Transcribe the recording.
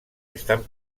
están